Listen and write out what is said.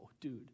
dude